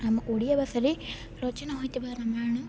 ଆମ ଓଡ଼ିଆ ଭାଷାରେ ରଚନା ହୋଇଥିବା ରାମାୟଣ